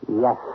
Yes